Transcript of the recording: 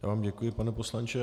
Já vám děkuji, pane poslanče.